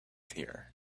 here